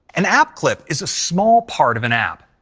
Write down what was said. an app clip is a small part of an app.